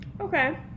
Okay